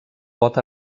pot